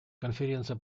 конференция